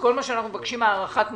בכל מה שאנחנו מבקשים הארכת מועדים,